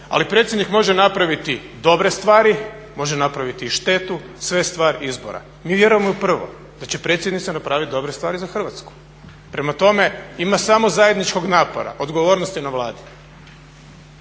ali predsjednik može napraviti dobre stvari, može napraviti štetu, sve je stvar izbora. Mi vjerujemo i u prvo, da će predsjednica napravit dobre stvari za Hrvatsku. Prema tome ima samo zajedničkog napora, odgovornost je na Vladi.